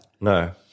No